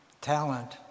talent